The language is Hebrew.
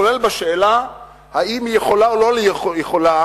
כולל בשאלה האם היא יכולה או לא יכולה,